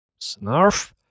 Snarf